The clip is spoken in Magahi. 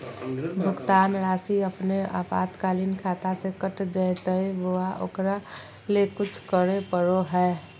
भुक्तान रासि अपने आपातकालीन खाता से कट जैतैय बोया ओकरा ले कुछ करे परो है?